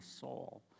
soul